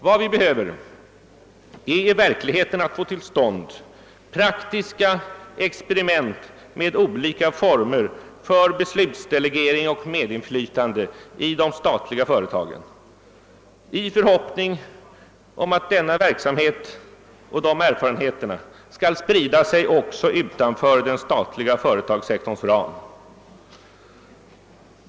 Vad vi behöver är i verkligheten att få till stånd praktiska experiment med olika former för beslutsdelegering och medinflytande i de statliga företagen, i förhoppning om att denna verksamhet och de erfarenheter den ger skall sprida sig även utanför den statliga företagssektorns ram.